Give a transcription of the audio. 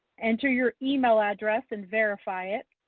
enter your email address and verify it.